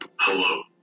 Hello